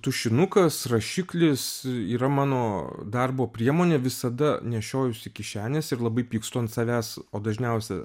tušinukas rašiklis yra mano darbo priemonė visada nešiojuosi kišenėse ir labai pykstu ant savęs o dažniausia